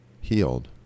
healed